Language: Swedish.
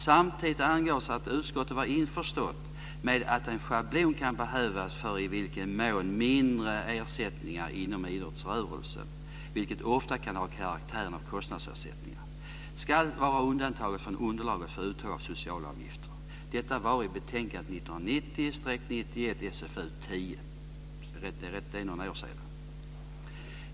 Samtidigt angav utskottet att utskottet var införstått med att en schablon kan behövas för i vilken mån mindre ersättningar inom idrottsrörelsen, vilka ofta kan ha karaktären av kostnadsersättningar, ska vara undantagna från underlaget för uttag av socialavgifter. Detta framkom i betänkandet 1990/91:SfU10. Det är några år sedan.